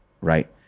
right